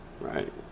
Right